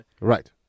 Right